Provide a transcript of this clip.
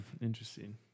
interesting